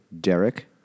Derek